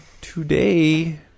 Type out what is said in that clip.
Today